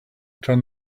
turn